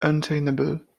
untenable